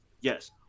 Yes